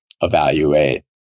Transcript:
evaluate